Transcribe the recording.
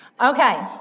Okay